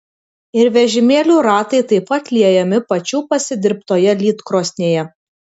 ir vežimėlių ratai taip pat liejami pačių pasidirbtoje lydkrosnėje